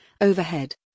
Overhead